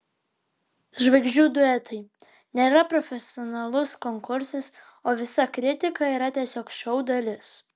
žvaigždžių duetai nėra profesionalus konkursas o visa kritika yra tiesiog šou dalis